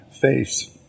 face